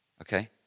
okay